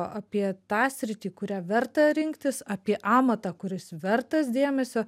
apie tą sritį kurią verta rinktis apie amatą kuris vertas dėmesio